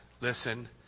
listen